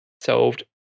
solved